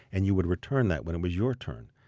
and you would return that when it was your turn.